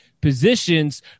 positions